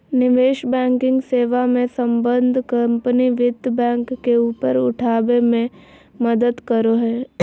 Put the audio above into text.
निवेश बैंकिंग सेवा मे सम्बद्ध कम्पनी वित्त बैंक के ऊपर उठाबे मे मदद करो हय